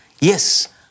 Yes